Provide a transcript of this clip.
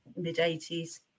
mid-80s